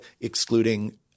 excluding